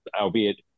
albeit